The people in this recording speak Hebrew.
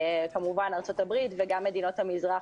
כמובן ארצות הברית וגם מדינות ארצות המזרח,